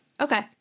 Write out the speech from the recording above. Okay